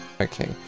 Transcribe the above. Okay